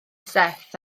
seth